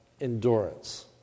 endurance